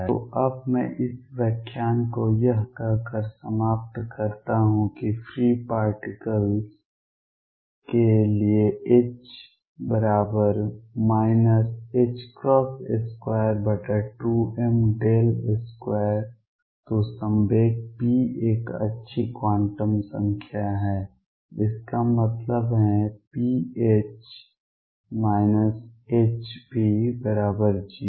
तो अब मैं इस व्याख्यान को यह कहकर समाप्त करता हूं कि फ्री पार्टिकल्स के लिए H 22m2 तो संवेग p एक अच्छी क्वांटम संख्या है इसका मतलब है pH Hp0